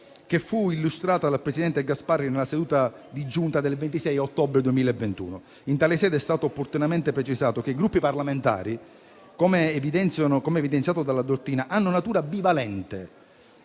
che fu illustrata dal presidente Gasparri nella seduta della Giunta svoltasi il 26 ottobre 2021. In tale sede è stato opportunamente precisato che i Gruppi parlamentari, come evidenziato dalla dottrina, hanno natura bivalente,